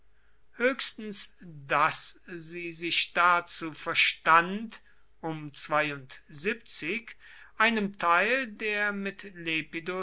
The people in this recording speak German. höchstens daß sie sich dazu verstand um einem teil der mit